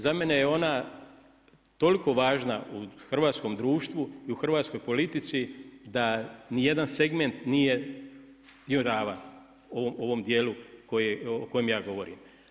Za mene je ona toliko važna u hrvatskom društvu i u hrvatskoj politici da ni jedan segment joj nije ravan u ovom dijelu o kojem ja govorim.